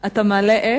אתה מעלה סגן?